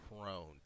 prone